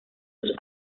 sus